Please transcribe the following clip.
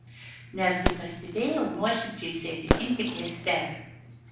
nes kaip pastebėjau nuoširdžiai sėdi intike ir stebi